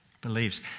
believes